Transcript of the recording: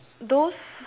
those